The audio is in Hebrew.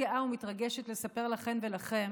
גאה ומתרגשת לספר לכן ולכם